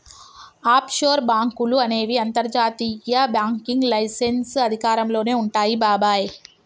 offshore బాంకులు అనేవి అంతర్జాతీయ బ్యాంకింగ్ లైసెన్స్ అధికారంలోనే వుంటాయి బాబాయ్